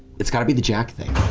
it's gotta be the jack thing.